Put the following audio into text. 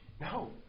No